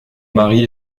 mary